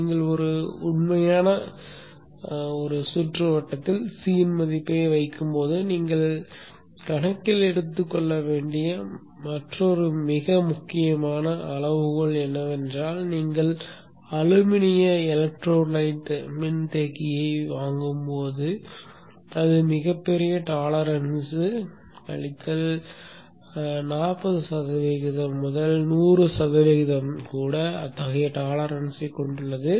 நீங்கள் ஒரு உண்மையான சுற்றுவட்டத்தில் C இன் மதிப்பை வைக்கும் போது நீங்கள் கணக்கில் எடுத்துக்கொள்ள வேண்டிய மற்றொரு மிக முக்கியமான அளவுகோல் என்னவென்றால் நீங்கள் ஒரு அலுமினிய எலக்ட்ரோலைட் மின்தேக்கியை வாங்கும்போது அது மிகப்பெரிய டோலெரான்ஸ் கழித்தல் நாற்பது சதவிகிதம் முதல் நூறு சதவிகிதம் கூட அத்தகைய டோலெரான்ஸ்யைக் கொண்டுள்ளது